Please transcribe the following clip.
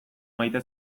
maite